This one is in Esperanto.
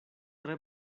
tre